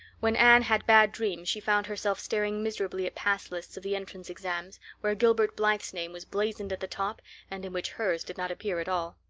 when anne had bad dreams she found herself staring miserably at pass lists of the entrance exams, where gilbert blythe's name was blazoned at the top and in which hers did not appear at all.